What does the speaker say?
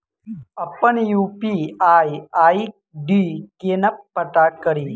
अप्पन UPI ID केना पत्ता कड़ी?